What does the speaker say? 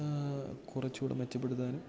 കുറച്ചൂടെ മെച്ചപ്പെടുത്താനും